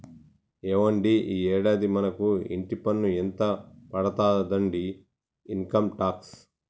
ఏవండి ఈ యాడాది మనకు ఇంటి పన్ను ఎంత పడతాదండి ఇన్కమ్ టాక్స్